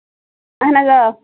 اَہَن حظ آ